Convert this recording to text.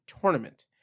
Tournament